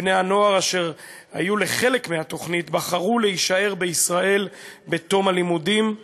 מבני-הנוער אשר היו לחלק מתוכנית בחרו להישאר בישראל בתום הלימודים.